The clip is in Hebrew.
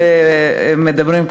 ומדברים,